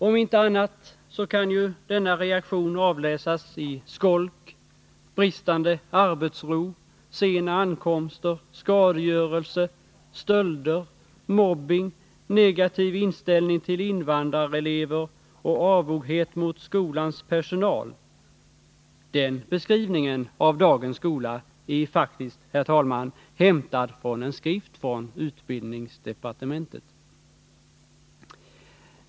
Om inte annat så kan ju denna reaktion avläsas i skolk, bristande arbetsro, sena ankomster, skadegörelse, stölder, mobbning, negativ inställning till invandrarelever och avoghet mot skolans personal — den beskrivningen av dagens skola är faktiskt, herr talman, hämtad ur en skrift från utbildningsdepartementet.